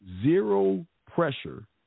zero-pressure